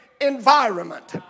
environment